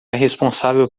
responsável